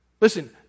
Listen